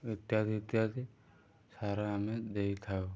ଇତ୍ୟାଦି ଇତ୍ୟାଦି ସାର ଆମେ ଦେଇଥାଉ